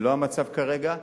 זה לא המצב כרגע.